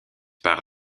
par